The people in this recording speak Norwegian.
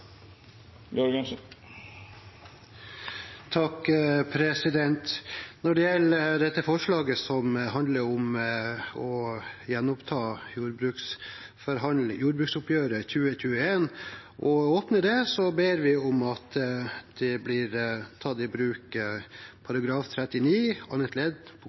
om ordet. Når det gjelder dette forslaget, som handler om å gjenoppta forhandlinger om jordbruksoppgjøret for 2021, ber vi om at man tar i bruk § 39 andre ledd